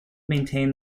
maintained